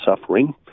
suffering